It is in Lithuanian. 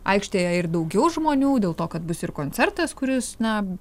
aikštėje ir daugiau žmonių dėl to kad bus ir koncertas kuris na